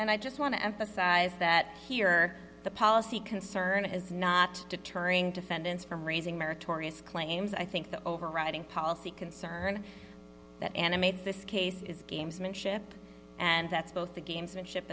and i just want to emphasize that here the policy concern is not deterring defendants from raising meritorious claims i think the overriding policy concern that animates this case is gamesmanship and that's both the gamesmanship